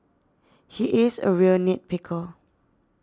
he is a real nit picker